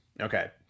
Okay